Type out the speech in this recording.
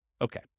Okay